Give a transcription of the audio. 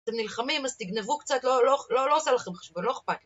אתם נלחמים אז תגנבו קצת, לא, לא עושה לכם חשבון, לא אכפת.